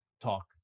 talk